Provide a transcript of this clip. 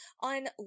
on